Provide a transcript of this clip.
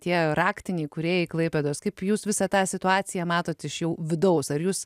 tie raktiniai kūrėjai klaipėdos kaip jūs visą tą situaciją matot iš jau vidaus ar jūs